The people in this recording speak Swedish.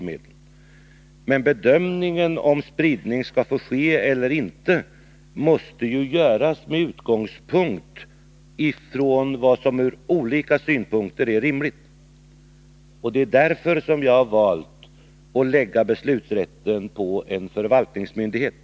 Men bedömningen om spridning skall få ske eller inte måste göras med utgångspunkt i vad som ur olika synpunkter är rimligt. Det är därför som jag har valt att lägga beslutanderätten hos en förvaltningsmyndighet.